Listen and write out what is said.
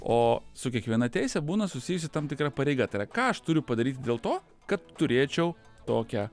o su kiekviena teise būna susijusi tam tikra pareiga tai yra ką aš turiu padaryti dėl to kad turėčiau tokią